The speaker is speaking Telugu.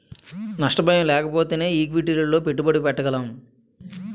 నష్ట భయం లేకపోతేనే ఈక్విటీలలో పెట్టుబడి పెట్టగలం